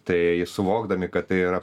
tai suvokdami kad tai yra